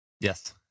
Yes